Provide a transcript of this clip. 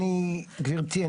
גברתי,